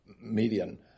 median